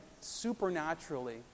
supernaturally